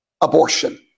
Abortion